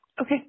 Okay